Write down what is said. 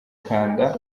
kanda